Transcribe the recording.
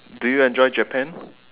do you enjoy Japan